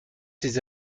ses